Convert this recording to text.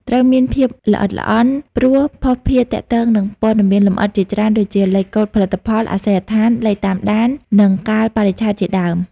ត្រូវមានភាពល្អិតល្អន់ ព្រោះភស្តុភារទាក់ទងនឹងព័ត៌មានលម្អិតជាច្រើន ដូចជា លេខកូដផលិតផល អាសយដ្ឋាន លេខតាមដាន និង កាលបរិច្ឆេទជាដើម។